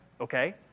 Okay